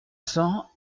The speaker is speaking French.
cents